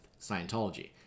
Scientology